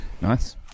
nice